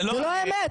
זאת לא אמת.